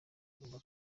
ngomba